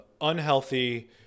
unhealthy